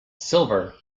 silver